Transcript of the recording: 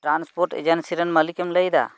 transport agency ᱨᱮᱱ ᱢᱟᱹᱞᱤᱠᱼᱮᱢ ᱞᱟᱹᱭᱮᱫᱟ